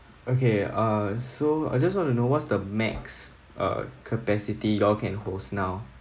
okay uh so I just want to know what's the max uh capacity you all can host now